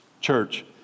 Church